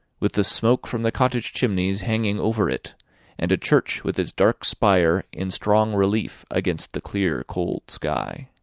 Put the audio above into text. with the smoke from the cottage chimneys hanging over it and a church with its dark spire in strong relief against the clear, cold sky.